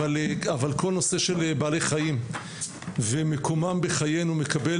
אבל כל הנושא של בעלי חיים ומקומם בחיינו מקבל